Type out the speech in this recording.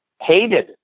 hated